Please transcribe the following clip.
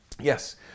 Yes